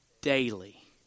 daily